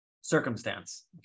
circumstance